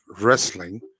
wrestling